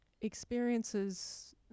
experiences